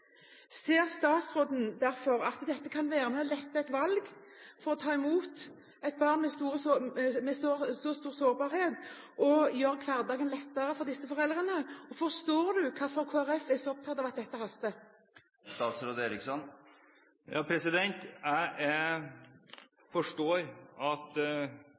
lette et valg om å ta imot et barn med stor sårbarhet, og gjøre hverdagen lettere for disse foreldrene? Forstår statsråden hvorfor Kristelig Folkeparti er så opptatt av at dette haster? Jeg forstår Kristelig Folkepartis engasjement, og jeg forstår at